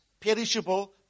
perishable